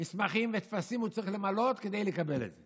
מסמכים וטפסים הוא צריך למלא כדי לקבל את זה?